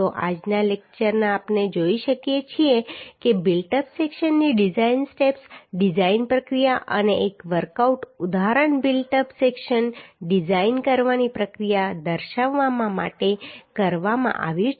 તો આજના લેક્ચરમાં આપણે જોઈ શકીએ છીએ કે બિલ્ટ અપ સેક્શનની ડિઝાઇન સ્ટેપ્સ ડિઝાઇન પ્રક્રિયા અને એક વર્કઆઉટ ઉદાહરણ બિલ્ટ અપ સેક્શન ડિઝાઇન કરવાની પ્રક્રિયાને દર્શાવવા માટે કરવામાં આવ્યું છે